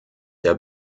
der